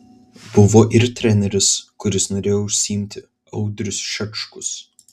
buvo ir treneris kuris norėjo užsiimti audrius šečkus